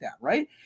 right